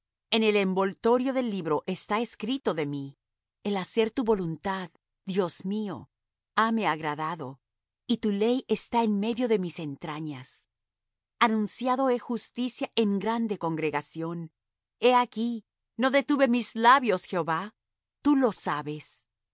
en el envoltorio del libro está escrito de mí el hacer tu voluntad dios mío hame agradado y tu ley está en medio de mis entrañas anunciado he justicia en grande congregación he aquí no detuve mis labios jehová tú lo sabes